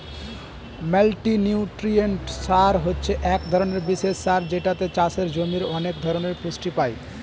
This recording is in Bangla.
মাল্টিনিউট্রিয়েন্ট সার হছে এক ধরনের বিশেষ সার যেটাতে চাষের জমির অনেক ধরনের পুষ্টি পাই